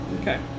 Okay